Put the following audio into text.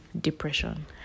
depression